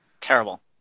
Terrible